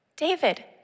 David